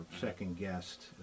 second-guessed